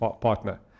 partner